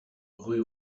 rue